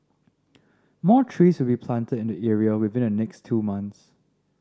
more trees will be planted in the area within the next two months